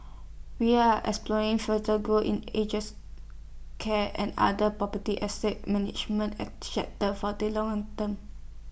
we are exploring further growth in ages care and other property asset management for the long and term